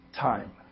time